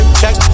check